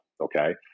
Okay